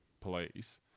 police